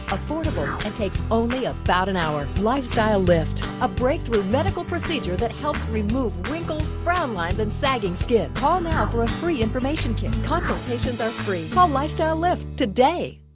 affordable and takes only about an hour. lifestyle lift, a breakthrough medical procedure that helps remove wrinkles, frown lines and sagging skin. call now for a free information kit. consultations are free. call lifestyle lift today.